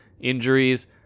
injuries